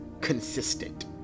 consistent